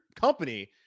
company